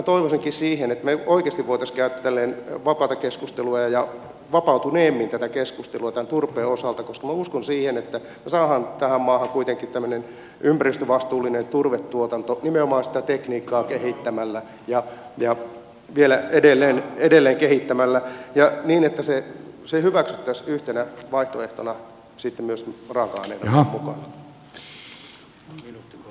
minä toivoisinkin että me oikeasti voisimme käydä tällaista vapaata keskustelua ja vapautuneemmin tätä keskustelua turpeen osalta koska minä uskon siihen että tähän maahan saadaan kuitenkin tämmöinen ympäristövastuullinen turvetuotanto nimenomaan sitä tekniikkaa vielä edelleen kehittämällä niin että se hyväksyttäisiin sitten myös yhtenä vaihtoehtona raaka aineeksi mukaan